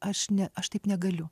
aš ne aš taip negaliu